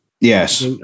Yes